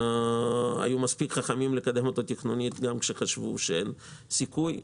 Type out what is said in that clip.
היו מספיק חכמים לקדם אותו תכנונית גם כשחשבו שאין סיכוי.